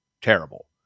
terrible